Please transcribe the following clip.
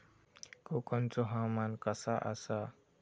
कोकनचो हवामान कसा आसा?